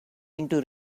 into